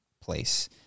place